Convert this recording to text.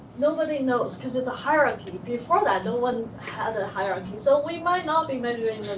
nobody knows because it's a hierarchy before that, no one had a hierarchy. so we might not be measuring